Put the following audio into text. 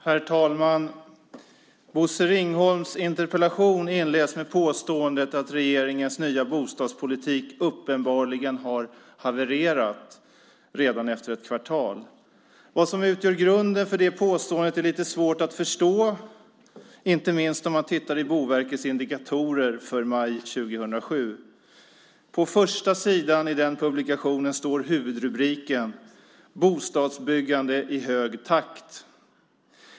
Herr talman! Bosse Ringholms interpellation inleds med påståendet att regeringens nya bostadspolitik uppenbarligen har havererat, redan efter ett kvartal. Vad som utgör grunden för det påståendet är lite svårt att förstå, inte minst om man tittar i Boverkets indikatorer för maj 2007. På första sidan i den publikationen står huvudrubriken "Bostadsbyggande i hög takt".